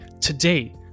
today